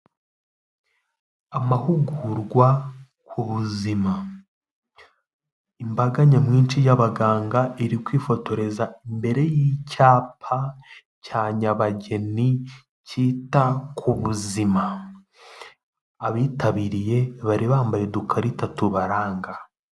Amahugurwa ku buzima. Imbaga nyamwinshi y'abaganga iri kwifotoreza imbere y'icyapa cya nyabageni cyita ku buzima, abitabiriye bari bambaye udukarita tubaranga.